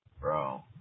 bro